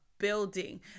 building